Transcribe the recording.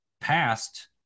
past